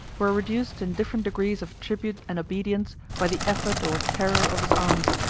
were reduced in different degrees of tribute and obedience by the effort or terror of his arms.